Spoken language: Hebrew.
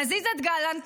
נזיז את גלנט,